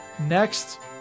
next